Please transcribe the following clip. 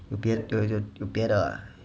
别别的啊